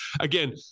again